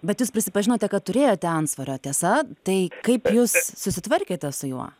bet jūs prisipažinote kad turėjote antsvorio tiesa tai kaip jūs susitvarkėte su juo